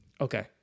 Okay